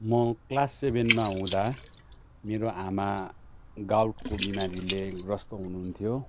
म क्लास सेभेनमा हुँदा मेरो आमा गाउटको बिमारीले ग्रस्त हुनुहुन्थ्यो